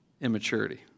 immaturity